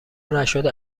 نشده